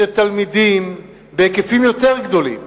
של תלמידים בהיקפים יותר גדולים,